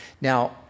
Now